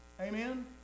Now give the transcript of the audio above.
Amen